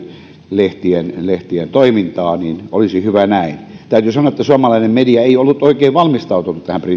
lehtien lehtien toimintaa niin olisi hyvä näin täytyy sanoa että suomalainen media ei ollut oikein valmistautunut tähän